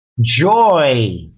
joy